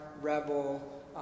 rebel